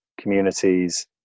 communities